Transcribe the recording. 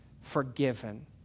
forgiven